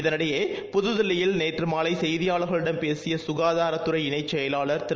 இதனிடையே புதுதில்லியில் நேற்று மாலை செய்தியாளர்களிடம் பேசிய சுகாதாரத்துறை இணைச் செயலாளர் திரு